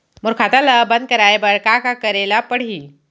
मोर खाता ल बन्द कराये बर का का करे ल पड़ही?